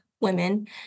women